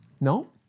no